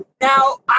Now